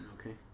Okay